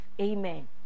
amen